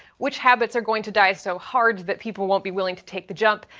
which habits are going to die so hard that people won't be willing to take the jump?